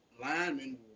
linemen